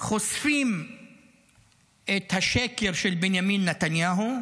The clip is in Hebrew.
חושפים את השקר של בנימין נתניהו,